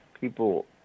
people